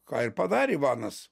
ką padarė ivanas